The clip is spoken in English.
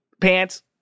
pants